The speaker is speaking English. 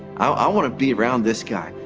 i wanna be around this guy,